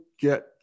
get